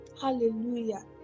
hallelujah